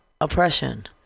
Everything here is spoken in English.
oppression